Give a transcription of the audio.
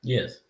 Yes